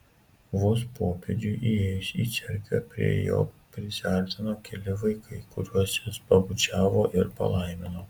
vos popiežiui įėjus į cerkvę prie jo prisiartino keli vaikai kuriuos jis pabučiavo ir palaimino